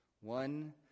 one